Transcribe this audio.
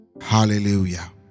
hallelujah